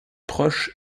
proches